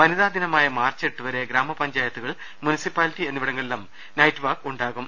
വനിതാദിനമായ March എട്ടുവരെ ഗ്രാമപഞ്ചായത്തുകൾ municipality എന്നിവിടങ്ങളിലും നൈറ്റ് വാക്ക് ഉണ്ടാകും